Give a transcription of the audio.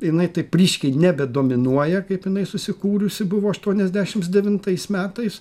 jinai taip ryškiai nebedominuoja kaip inai susikūrusi buvo aštuoniasdešims devintais metais